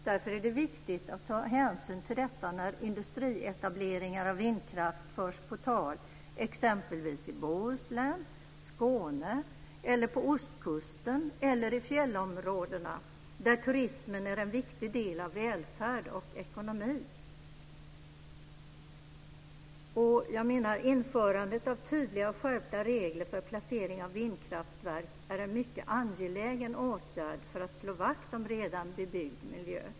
Därför är det viktigt att ta hänsyn till detta när industrietableringar av vindkraft förs på tal exempelvis i Bohuslän, Skåne, på ostkusten eller i fjällområdena där turismen är en viktig del av välfärd och ekonomi. Jag menar att införandet av tydliga och skärpta regler för placering av vindkraftverk är en mycket angelägen åtgärd för att slå vakt om redan bebyggd miljö.